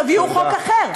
תביאו חוק אחר,